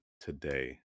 today